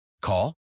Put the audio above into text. Call